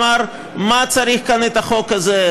שאמר: למה צריך כאן את החוק הזה?